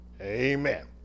Amen